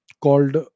called